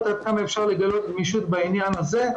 עד כמה אפשר לגלות גמישות בעניין הזה.